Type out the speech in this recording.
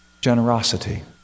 generosity